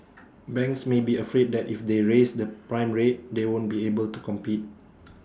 banks may be afraid that if they raise the prime rate they won't be able to compete